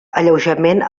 alleujament